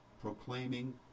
proclaiming